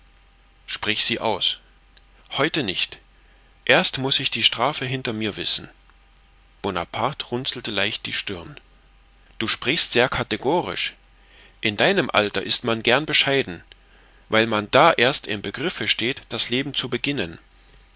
sprich sie aus heute nicht erst muß ich die strafe hinter mir wissen bonaparte runzelte leicht die stirn du sprichst sehr kategorisch in deinem alter ist man gern bescheiden weil man da erst im begriffe steht das leben zu beginnen